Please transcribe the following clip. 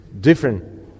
different